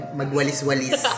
magwalis-walis